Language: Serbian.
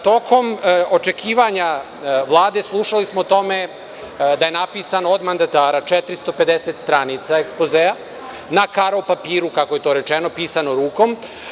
Tokom očekivanja Vlade, slušali smo o tome da je napisan od mandatara 450 stranica ekspozea, na karo papiru, kako je to rečeno, pisano rukom.